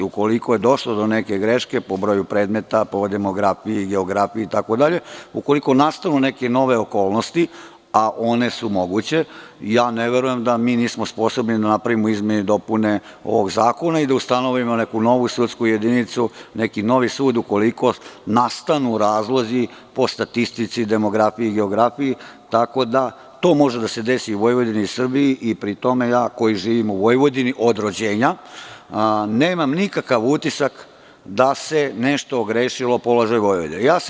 Ukoliko je došlo do neke greške po broju predmeta, po demografiji, geografiji itd, ukoliko nastanu neke nove okolnosti, a one su moguće, ne verujem da mi nismo sposobni da napravimo izmene i dopune ovog zakona i da ustanovimo neku novu sudsku jedinicu, neki novi sud ukoliko nastanu razlozi po statistici, demografiji, geografiji, tako da to može da se desi u Vojvodini i Srbiji i pri tome, ja koji živim u Vojvodini od rođenja, nemam nikakav utisak da se nešto ogrešilo u položaju Vojvodine.